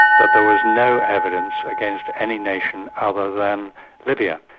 that there was no evidence against any nation other than libya,